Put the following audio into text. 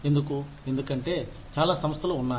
ఎందుకు ఎందుకంటే చాలా సంస్థలు ఉన్నాయి